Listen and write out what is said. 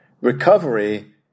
Recovery